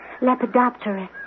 lepidopterist